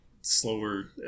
slower